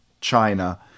China